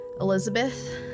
Elizabeth